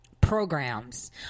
programs